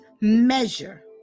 measure